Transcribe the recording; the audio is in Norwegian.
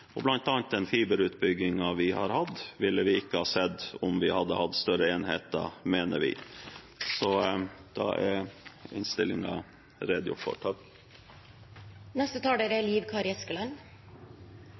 Og bl.a. den fiberutbyggingen vi har hatt, ville vi ikke ha sett om vi hadde hatt større enheter, mener vi. Da er innstillingen redegjort for.